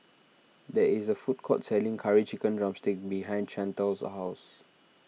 there is a food court selling Curry Chicken Drumstick behind Chantal's house